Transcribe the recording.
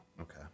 Okay